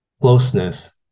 Closeness